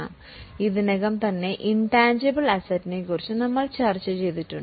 നമ്മൾ ഇതിനകം ഇൻറ്റാൻജിബിൾ ആസ്തിയെക്കുറിച്ച് ചർച്ചചെയ്തിട്ടുണ്ട്